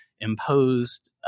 imposed